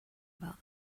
about